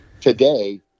Today